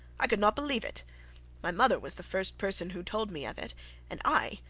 i could not believe it my mother was the first person who told me of it and i,